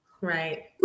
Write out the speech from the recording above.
right